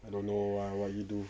I don't know ah what you do